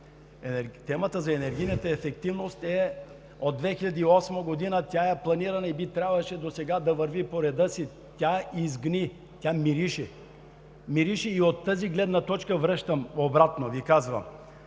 Темата за енергийната ефективност е от 2008 г., тя е планирана и трябваше досега да върви по реда си. Тя изгни, тя мирише. Мирише и от тази гледна точка връщам обратно и Ви казвам: